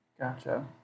Gotcha